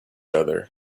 other